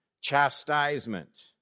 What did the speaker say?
chastisement